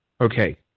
Okay